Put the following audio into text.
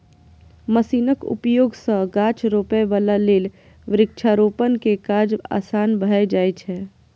मशीनक उपयोग सं गाछ रोपै बला लेल वृक्षारोपण के काज आसान भए जाइ छै